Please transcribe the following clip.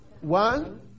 One